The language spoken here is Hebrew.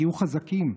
תהיו חזקים.